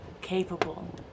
capable